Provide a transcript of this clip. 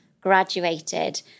graduated